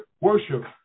worship